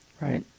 Right